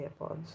airpods